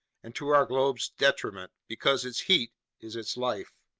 and to our globe's detriment, because its heat is its life.